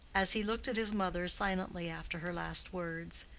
as he looked at his mother silently after her last words,